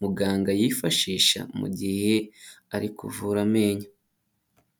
muganga yifashisha mu gihe ari kuvura amenyo.